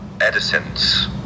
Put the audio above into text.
Edison's